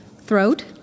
throat